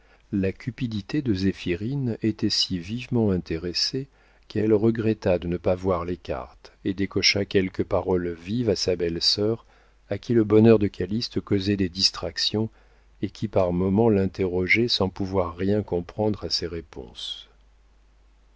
la cupidité de zéphirine était si vivement intéressée qu'elle regretta de ne pas voir les cartes et décocha quelques paroles vives à sa belle-sœur à qui le bonheur de calyste causait des distractions et qui par moments l'interrogeait sans pouvoir rien comprendre à ses réponses